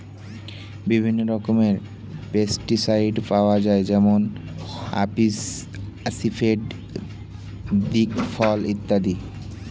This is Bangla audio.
বিভিন্ন রকমের পেস্টিসাইড পাওয়া যায় যেমন আসিফেট, দিকফল ইত্যাদি